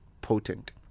potent